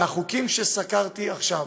והחוקים שסקרתי עכשיו